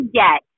get